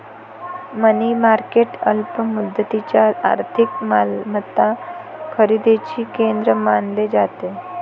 मनी market अल्प मुदतीच्या आर्थिक मालमत्ता खरेदीचे केंद्र मानले जाते